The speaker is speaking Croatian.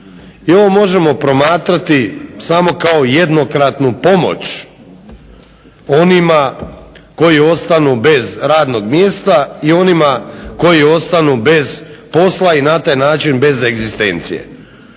I ovo možemo promatrati samo kao jednokratnu pomoć onima koji ostanu bez radnog mjesta i onima koji ostanu bez posla i na taj način bez egzistencije.